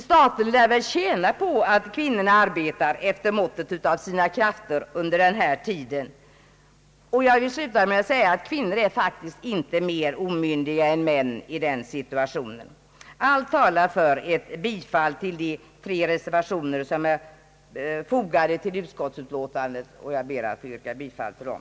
Staten lär väl tjäna på att kvinnorna arbetar efter måttet av sina krafter under den här tiden. Jag vill sluta med att säga att kvinnor i denna situation faktiskt inte är mer omyndiga än män. Allt talar för ett bifall till de tre reservationer som är fogade till utskottsutlåtandet, och jag ber alltså att få yrka bifall till dem.